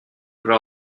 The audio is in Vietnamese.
rồi